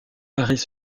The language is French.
paris